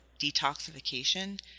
detoxification